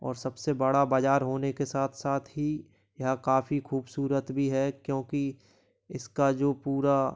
और सबसे बड़ा बाजार होने के साथ साथ ही यह काफ़ी खूबसूरत भी है क्योंकि इसका जो पूरा